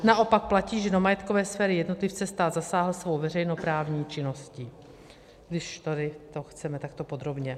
Naopak platí, že na majetkové sféry jednotlivce stát zasáhl svou veřejnoprávní činností když tady to chceme takto podrobně.